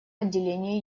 отделения